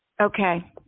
okay